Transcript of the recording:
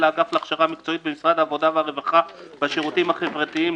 האגף להכשרה מקצועית במשרד העבודה הרווחה והשירותים החברתיים,